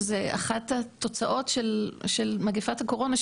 שזה אחת התוצאות של מגפת הקורונה,